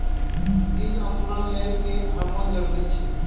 बीज अंकुरण लेल केँ हार्मोन जरूरी छै?